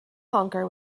honker